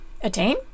attain